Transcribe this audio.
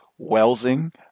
Welsing